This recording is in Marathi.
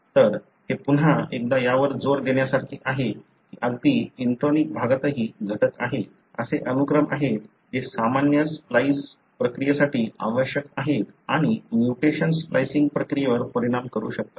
तर हे पुन्हा एकदा यावर जोर देण्यासारखे आहे की अगदी इंट्रोनिक भागातही घटक आहेत असे अनुक्रम आहेत जे सामान्य स्प्लाइस् प्रक्रियेसाठी आवश्यक आहेत आणि म्युटेशन्स स्प्लिसिन्ग प्रक्रियेवर परिणाम करू शकतात